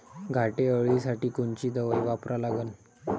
घाटे अळी साठी कोनची दवाई वापरा लागन?